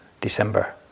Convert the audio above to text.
December